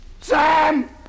Sam